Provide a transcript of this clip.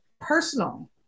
personal